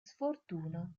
sfortuna